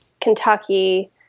Kentucky